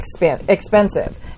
expensive